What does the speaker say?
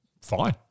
Fine